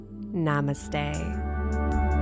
Namaste